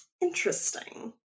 Interesting